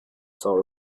sort